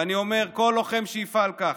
ואני אומר: כל לוחם שיפעל כך,